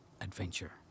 adventure